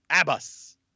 Abbas